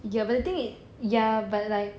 ya but the thing ya but like